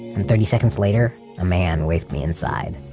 and thirty seconds later a man waved me inside